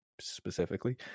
Specifically